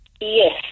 Yes